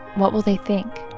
what will they think?